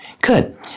Good